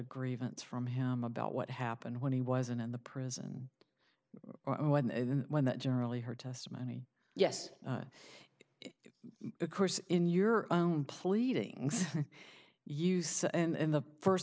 grievance from him about what happened when he wasn't in the prison or when the when that generally her testimony yes of course in your own pleadings you use and the first